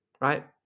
right